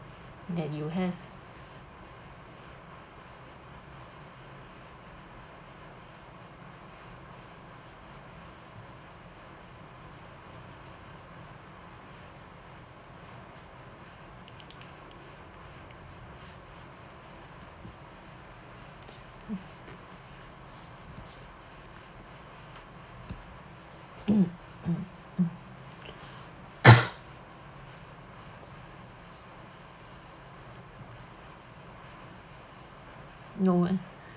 that you have no eh